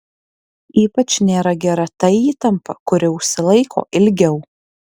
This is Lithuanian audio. ypač nėra gera ta įtampa kuri užsilaiko ilgiau